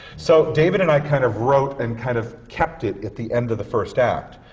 so david and i kind of wrote and kind of kept it at the end of the first act.